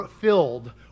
filled